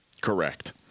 Correct